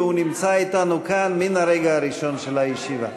והוא נמצא אתנו כאן מן הרגע הראשון של הישיבה.